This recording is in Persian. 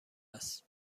است